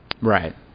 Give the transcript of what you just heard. Right